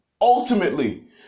ultimately